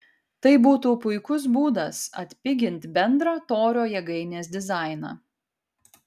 tai būtų puikus būdas atpigint bendrą torio jėgainės dizainą